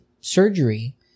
surgery